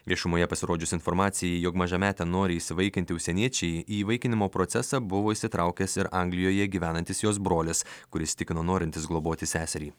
viešumoje pasirodžius informacijai jog mažametę nori įsivaikinti užsieniečiaiį įvaikinimo procesą buvo įsitraukęs ir anglijoje gyvenantis jos brolis kuris tikino norintis globoti seserį